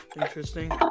Interesting